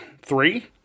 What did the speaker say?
Three